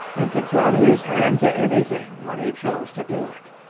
and could turn his hand to anything when he chose to do it.